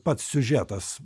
pats siužetas